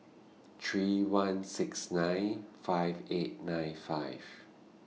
three one six nine five eight nine five